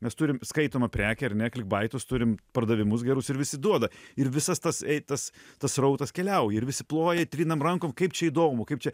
mes turim skaitomą prekę ar ne klikbaitus turim pardavimus gerus ir visi duoda ir visas tas ei tas tas srautas keliauja ir visi ploja trinam rankom kaip čia įdomu kaip čia